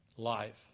Life